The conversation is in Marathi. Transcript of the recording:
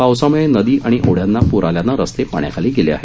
पावसाम्ळे नदी आणि ओढ्यांना प्र आल्यानं रस्ते पाण्याखाली गेले आहेत